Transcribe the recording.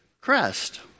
Crest